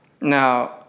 Now